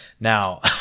Now